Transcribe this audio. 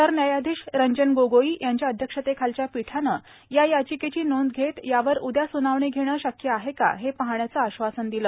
सरन्यायाधीश रंजन गोगोई यांच्या अध्यक्षतेखालच्या पीठानं या याचिकेची नोंद घेत यावर उद्या सूनावणी घेणं शक्य आहे का हे पाहण्याचं आश्वासन दिलं